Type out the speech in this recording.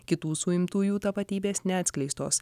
kitų suimtųjų tapatybės neatskleistos